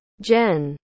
Jen